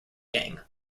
gang